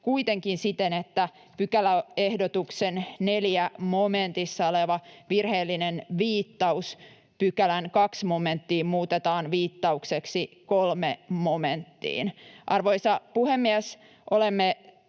kuitenkin siten, että pykäläehdotuksen 4 momentissa oleva virheellinen viittaus pykälän 2 momenttiin muutetaan viittaukseksi 3 momenttiin. Arvoisa puhemies! Olemme